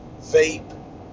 vape